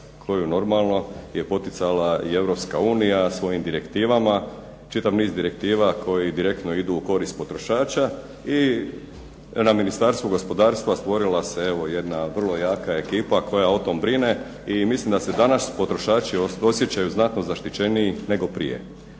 koju normalno je poticala i Europska unija svojim direktivama, čitav niz direktiva koji direktno idu u korist potrošača. I na Ministarstvu gospodarstva stvorila se evo jedna vrlo jaka ekipa koja o tome brine i mislim da se danas potrošači osjećaju znatno zaštićeniji nego prije.